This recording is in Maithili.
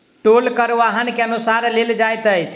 टोल कर वाहन के अनुसार लेल जाइत अछि